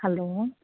hello